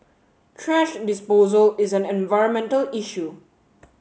thrash disposal is an environmental issue